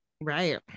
Right